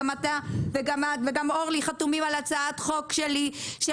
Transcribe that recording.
גם אתה וגם את וגם אורלי חתומים על הצעת חוק שלי של